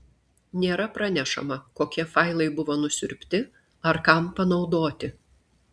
nėra pranešama kokie failai buvo nusiurbti ar kam panaudoti